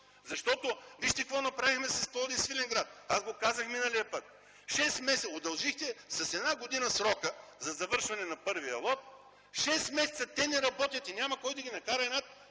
2011 г. Вижте какво направихме с Пловдив-Свиленград? Аз го казах миналия път. Удължихте с една година срока за завършване на първия лот. Шест месеца те не работят и няма кой да ги накара една